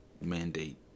mandate